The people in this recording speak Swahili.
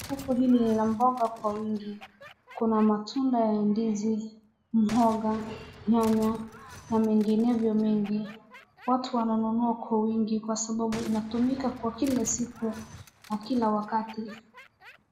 Soko hili lina mboga kwa wingi. Kuna matunda ya ndizi, mhoga, nyanya ma menginevyo mengi. Watu wananunua kwa wingi kwa sababu inatumika kwa kila siku na kila wakati